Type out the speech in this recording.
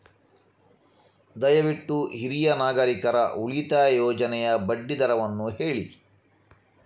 ದಯವಿಟ್ಟು ಹಿರಿಯ ನಾಗರಿಕರ ಉಳಿತಾಯ ಯೋಜನೆಯ ಬಡ್ಡಿ ದರವನ್ನು ಹೇಳಿ